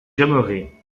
j’aimerais